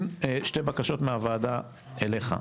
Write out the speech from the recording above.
שלוש בקשות מהוועדה אליך: